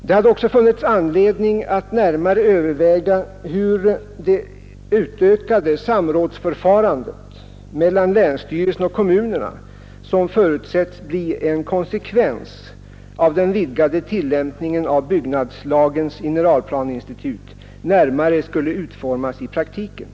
Det hade också funnits anledning att närmare överväga hur det utökade samrådsförfarandet mellan länsstyrelsen och kommunerna som förutsetts bli en konsekvens av den vidgade tillämpningen av byggnadslagens generalplaneinstitut närmare skulle utformas i praktiken.